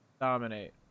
dominate